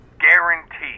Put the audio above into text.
Guaranteed